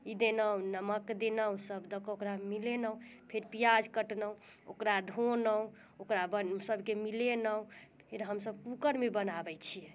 ई देलहुँ नमक देलहुँ सब दऽ कऽ ओकरा मिलेलहुँ फेर पियाज कटलहुँ ओकरा धोलहुँ ओकरा बन सबके मिलेलहुँ फेर हमसब कूकरमे बनाबैत छियै